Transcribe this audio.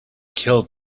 killed